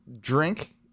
drink